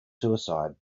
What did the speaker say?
suicide